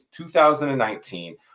2019